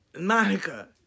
Monica